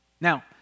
Now